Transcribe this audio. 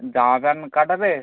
জামা প্যান্ট কাটাবে